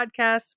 Podcasts